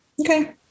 Okay